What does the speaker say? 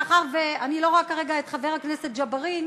מאחר שאני לא רואה כרגע את חבר הכנסת ג'בארין,